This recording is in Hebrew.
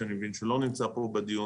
שאני מבין שהוא לא נמצא פה בדיון,